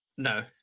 no